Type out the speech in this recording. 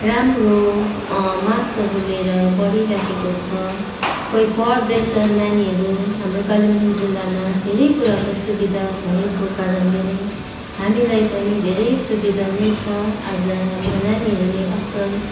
राम्रो माक्सहरू लिएर पढिराखेको छ कोही पढ्दैछ नानीहरू हाम्रो कालिम्पोङ जिल्लामा धेरै कुराको सुविधा भएको कारणले नै हामीलाई पनि धेरै सुविधा नै छ आज हाम्रो नानीहरूले असल